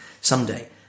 someday